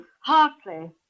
Hartley